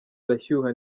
arashyuha